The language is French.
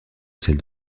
celle